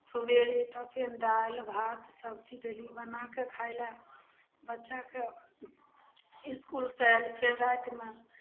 सुबेरे तऽ फेर दालि भात सब्जी देली बनाके खाय लए बच्चाके इसकुल से आयल फेर रातिमे